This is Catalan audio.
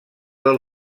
del